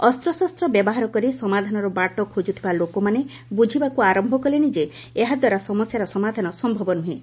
ଅସ୍ତ୍ରଶସ୍ତ ବ୍ୟବହାର କରି ସମାଧାନର ବାଟ ଖୋଜୁଥିବା ଲୋକମାନେ ବୃଝିବାକୁ ଆରମ୍ଭ କଲେଣି ଯେ ଏହାଦ୍ୱାରା ସମସ୍ୟାର ସମାଧାନ ସମ୍ଭବ ନୁହେଁ